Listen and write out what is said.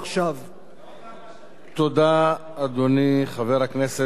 תודה, אדוני, חבר הכנסת הורוביץ.